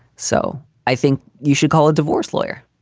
so i think you should call a divorce lawyer.